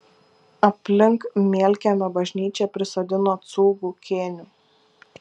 aplink mielkiemio bažnyčią prisodino cūgų kėnių